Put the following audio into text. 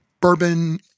bourbon